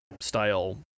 style